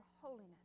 holiness